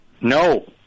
No